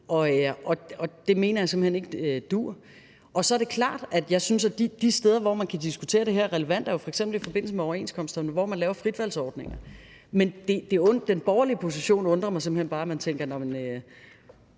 og det mener jeg simpelt hen ikke duer. Og så er det klart, at jeg synes, at de steder, hvor man kan diskutere, om det her er relevant, jo f.eks. er i forbindelse med overenskomsterne, hvor man laver fritvalgsordninger. Men den borgerlige position undrer mig simpelt hen bare, altså at man tænker: Staten